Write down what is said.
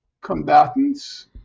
combatants